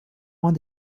want